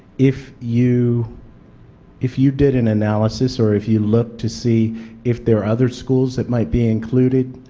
if you if you did an analysis, or if you look to see if there are other schools that might be included,